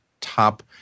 top